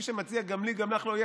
מי שמציע "גם לי גם לך לא יהיה",